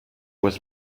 was